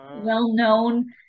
well-known